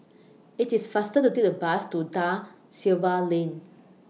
IT IS faster to Take The Bus to DA Silva Lane